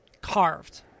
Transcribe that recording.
carved